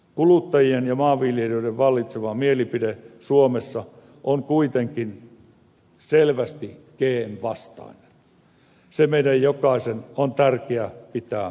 kuluttajien ja maanviljelijöiden vallitseva mielipide suomessa on kuitenkin selvästi gm vastainen se meidän jokaisen on tärkeää pitää mielessä